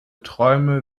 träume